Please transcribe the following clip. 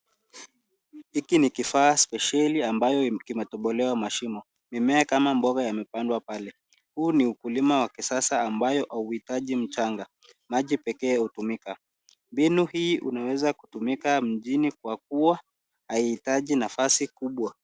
Hiki ni kifaa spesheli ambayo kimetobolewa mashimo. Mimea kama mboga yamepandwa pale. Huu ni ukulima wa kisasa ambayo hauhitaji mchanga. Maji pekee hutumika. Mbinu hii inaweza kutumika mjini kwa kuwa haihitaji nafasi kubwa.